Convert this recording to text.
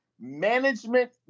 management